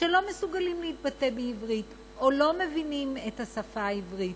שלא מסוגלים להתבטא בעברית או לא מבינים את השפה העברית,